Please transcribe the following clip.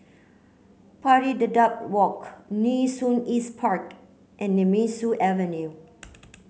Pari Dedap Walk Nee Soon East Park and Nemesu Avenue